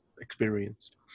experienced